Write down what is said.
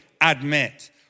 admit